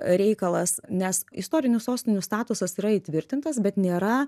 reikalas nes istorinių sostinių statusas yra įtvirtintas bet nėra